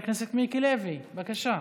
חבר הכנסת מיקי לוי, בבקשה,